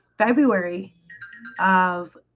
february of